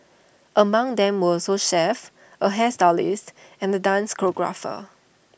among them were also chefs A hairstylist and the dance choreographer